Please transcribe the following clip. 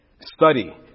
Study